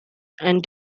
and